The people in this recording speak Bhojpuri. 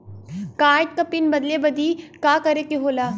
कार्ड क पिन बदले बदी का करे के होला?